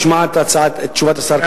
אשמע את תשובת השר,